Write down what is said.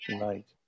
Right